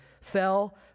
fell